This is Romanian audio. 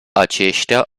aceștia